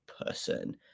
person